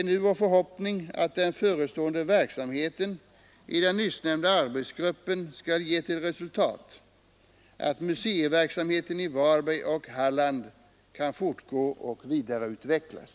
Det är vår förhoppning att den förestående verksamheten i den nyssnämnda arbetsgruppen skall ge till resultat att museiverksamheten i Varberg och Halland kan fortgå och vidareutvecklas.